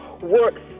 works